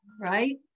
right